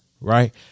right